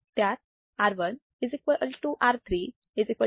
त्यात R1 R3 10 kilo ohms